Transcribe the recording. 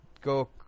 go